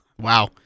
Wow